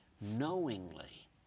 knowingly